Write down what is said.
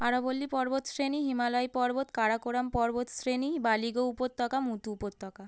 আরাবল্লী পর্বত শ্রেণী হিমালয় পর্বত কারাকোরাম পর্বত শ্রেণী বালিগৌ উপত্যকা মৃতু উপত্যকা